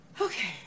Okay